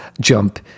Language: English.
jump